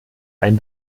ein